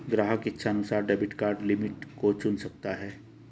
ग्राहक इच्छानुसार debit card limit को चुन सकता है